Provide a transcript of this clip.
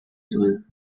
zuen